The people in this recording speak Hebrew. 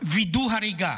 וידוא הריגה.